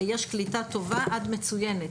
יש קליטה טובה עד מצוינת.